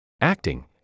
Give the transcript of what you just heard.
acting